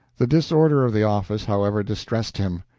the disorder of the office, however, distressed him.